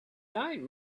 time